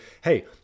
hey